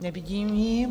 Nevidím ji.